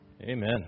Amen